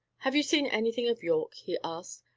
have you seen anything of yorke? he asked.